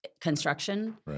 construction